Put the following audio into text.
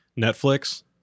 Netflix